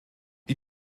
wyt